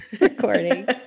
recording